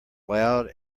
loud